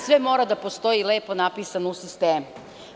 Sve mora da postoji lepo napisano u sistemu.